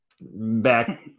back